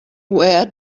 where